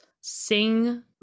sing